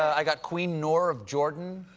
i got queen noor of jordan,